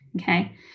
okay